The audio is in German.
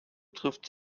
trifft